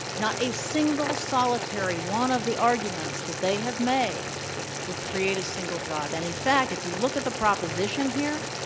not a single solitary one of the arguments that they have made would create a single job. and in fact, if you look at the proposition here,